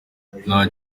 nta